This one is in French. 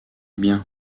bien